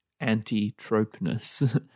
anti-tropeness